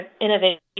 innovation